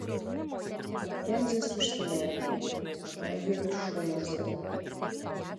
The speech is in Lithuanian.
makenzis užsimerkė pamaigė viršunosę